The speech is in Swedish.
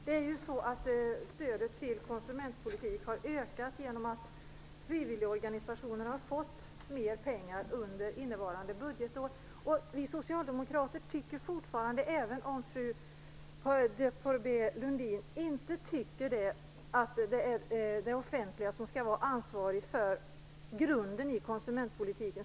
Fru talman! Stödet till konsumentpolitiken har ökat genom att frivilligorganisationerna har fått mer pengar under innevarande budgetår. Även om fru de Pourbaix-Lundin inte är av den uppfattningen anser vi socialdemokrater fortfarande att det är det offentliga som skall vara ansvarigt för grunden i konsumentpolitiken.